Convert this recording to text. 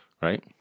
right